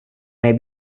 may